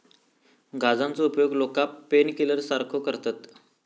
गांजाचो उपयोग लोका पेनकिलर सारखो करतत